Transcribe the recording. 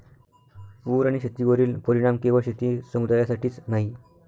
पूर आणि शेतीवरील परिणाम केवळ शेती समुदायासाठीच नाही